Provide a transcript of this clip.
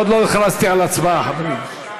עוד לא הכרזתי על הצבעה, חברים.